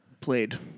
Played